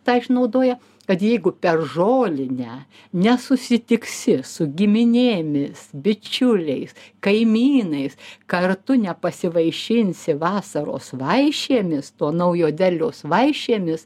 tą išnaudoja kad jeigu per žolinę nesusitiksi su giminėmis bičiuliais kaimynais kartu nepasivaišinsi vasaros vaišėmis to naujo derliaus vaišėmis